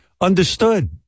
Understood